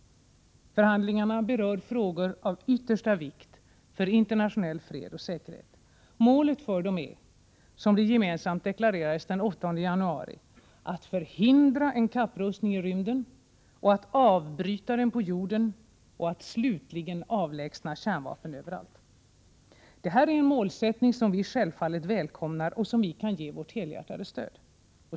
Förhandlingarna berör frågor av yttersta vikt för internationell fred och säkerhet. Målet för dem är, som det gemensamt deklarerades den 8 januari, att förhindra en kapprustning i rymden, att avbryta den på jorden och slutligen att avlägsna kärnvapen överallt. Det här är en målsättning som vi självfallet välkomnar och som vi kan ge vårt helhjärtade stöd.